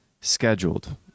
scheduled